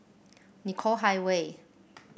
Nicoll Highway